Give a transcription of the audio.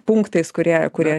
punktais kurie kurie